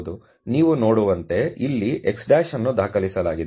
ನೀವು ನೋಡುವಂತೆ ಇಲ್ಲಿ x' ಎಂದು ದಾಖಲಿಸಲಾಗಿದೆ